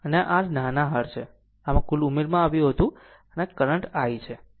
આમ કુલ ઉમેરવામાં આવ્યું અને કરંટ I છે